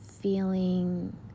Feeling